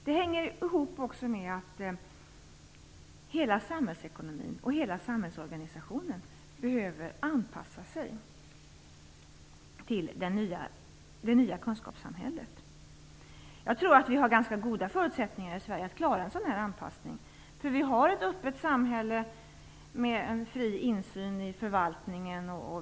Det hänger också ihop med att hela samhällsekonomin och samhällsorganisationen behöver anpassas till det nya kunskapssamhället. Jag tror att vi har ganska goda förutsättningar i Sverige att klara en sådan anpassning. Vi har ett öppet samhälle med fri insyn i förvaltningen.